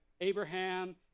Abraham